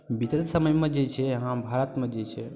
बीतल समयमे जे छै अहाँ भारतमे जे छै